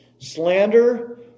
Slander